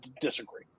disagree